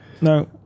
No